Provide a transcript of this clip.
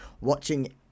watching